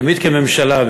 תמיד כממשלה,